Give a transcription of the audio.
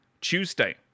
Tuesday